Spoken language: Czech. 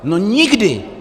No nikdy!